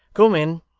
come in